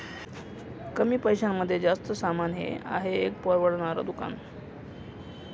कमी पैशांमध्ये जास्त सामान हे आहे एक परवडणार दुकान